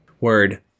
word